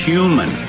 Human